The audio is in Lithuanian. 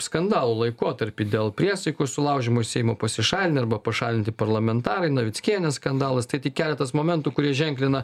skandalų laikotarpį dėl priesaikos sulaužymo iš seimo pasišalinę arba pašalinti parlamentarai navickienės skandalas tai tik keletas momentų kurie ženklina